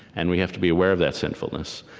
and we have to be aware of that sinfulness.